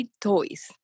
toys